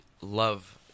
love